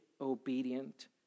obedient